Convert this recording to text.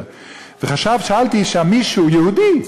פגשתי שם מישהו, יהודי,